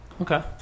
Okay